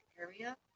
area